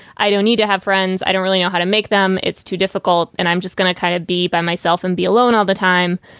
i don't need to have friends. i don't really know how to make them. it's too difficult. and i'm just going to kind of be by myself and be alone all the time.